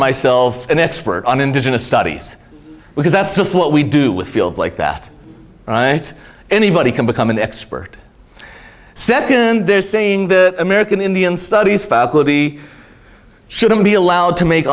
myself an expert on indigenous studies because that's just what we do with fields like that right anybody can become an expert second they're saying the american indian studies faculty shouldn't be allowed to make